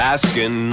Asking